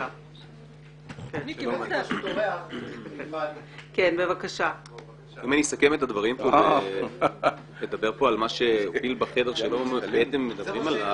אם אני אסכם את הדברים כאן ואדבר על הפיל בחדר שלא מדברים עליו,